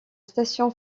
station